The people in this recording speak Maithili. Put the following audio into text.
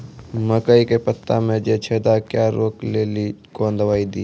मकई के पता मे जे छेदा क्या रोक ले ली कौन दवाई दी?